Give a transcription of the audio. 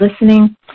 listening